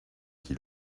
qui